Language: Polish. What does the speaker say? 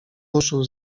ruszył